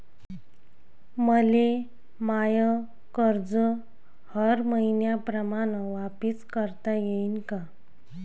मले माय कर्ज हर मईन्याप्रमाणं वापिस करता येईन का?